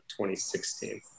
2016